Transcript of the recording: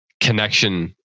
connection